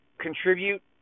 contribute